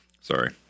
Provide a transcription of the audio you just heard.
Sorry